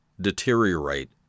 deteriorate